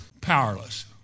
powerless